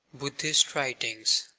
buddhist writings.